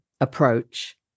approach